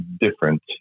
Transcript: different